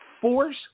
force